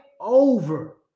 over